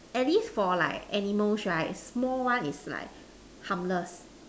at least for like animals right small one is like harmless